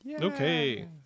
Okay